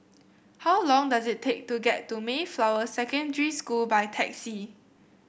how long does it take to get to Mayflower Secondary School by taxi